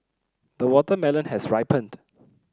the watermelon has ripened